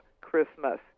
Christmas